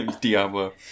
Diablo